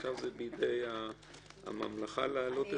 עכשיו זה בידי הממלכה להעלות את זה.